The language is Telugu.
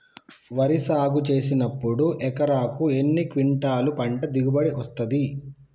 వరి సాగు చేసినప్పుడు ఎకరాకు ఎన్ని క్వింటాలు పంట దిగుబడి వస్తది?